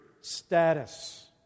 status